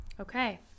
okay